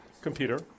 computer